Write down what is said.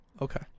okay